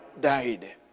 died